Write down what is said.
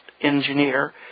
engineer